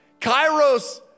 Kairos